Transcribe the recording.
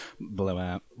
Blowout